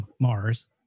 mars